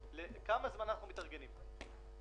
כי אנחנו מדברים על גילאי לידה עד שלוש שחזרו חזרה חלקית